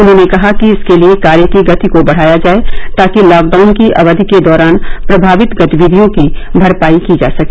उन्होंने कहा कि इसके लिए कार्य की गति को बढ़ाया जाए ताकि लॉकडाउन की अवधि के दौरान प्रभावित गतिविधियों की भरपाई की जा सके